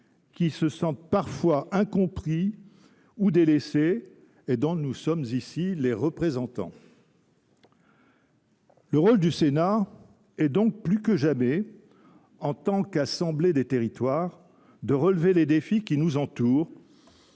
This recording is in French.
se sentent parfois incompris ou délaissés, et nous sommes ici leurs représentants. Le rôle du Sénat est donc plus que jamais, en tant qu’assemblée des territoires, de relever les défis qui nous entourent